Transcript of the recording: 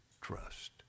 trust